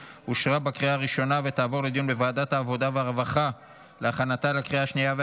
2024, לוועדת העבודה והרווחה נתקבלה.